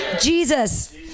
Jesus